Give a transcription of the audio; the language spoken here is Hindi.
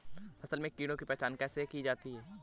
फसल में कीड़ों की पहचान कैसे की जाती है?